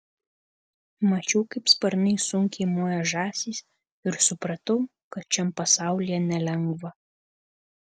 mačiau kaip sparnais sunkiai moja žąsys ir supratau kad šiam pasaulyje nelengva